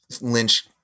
Lynch